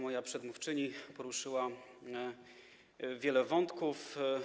Moja przedmówczyni poruszyła wiele wątków.